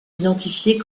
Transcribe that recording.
identifiée